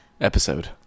Episode